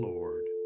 Lord